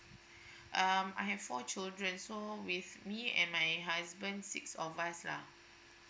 um I have four children so with me and my husband six of us lah